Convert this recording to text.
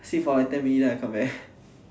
sleep for like ten minutes then I come back